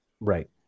Right